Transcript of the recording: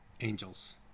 Angels